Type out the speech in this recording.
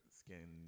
skin